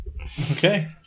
Okay